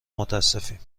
متاسفیم